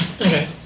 Okay